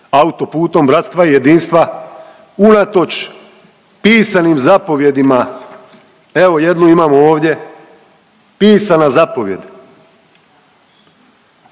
auto putom bratstva i jedinstva, unatoč pisanim zapovijedima. Evo, jednu imamo ovdje, pisana zapovijed